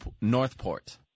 Northport